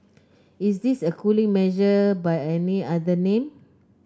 is this a cooling measure by any other name